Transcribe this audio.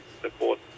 support